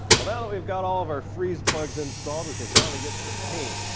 well now that we've got all of our freeze plugs installed, we can finally get to the paint.